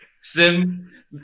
Sim